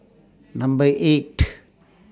Number eight